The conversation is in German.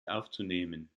aufzunehmen